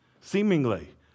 seemingly